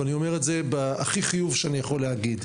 ואני אומר את זה בהכי חיוב שאני יכול להגיד.